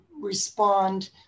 respond